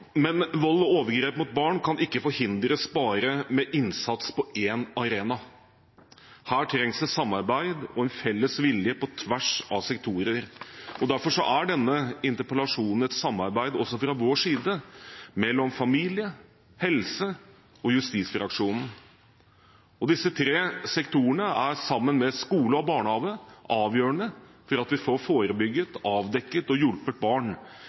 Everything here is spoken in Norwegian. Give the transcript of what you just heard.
kan ikke forhindres bare med innsats på én arena. Her trengs det samarbeid og en felles vilje på tvers av sektorer. Derfor er denne interpellasjonen et samarbeid også fra vår side mellom familie-, helse- og justisfraksjonen. Disse tre sektorene er sammen med skole og barnehage avgjørende for at vi får forebygget, avdekket og hjulpet barn